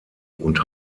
und